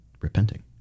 repenting